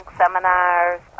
seminars